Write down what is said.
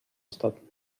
ostatni